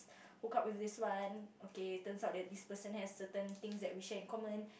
hook up with this one okay turns out that this person has certain things that we share in common